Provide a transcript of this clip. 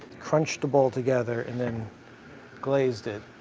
crunched up all together and then glazed it.